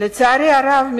לצערי הרב,